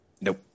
Nope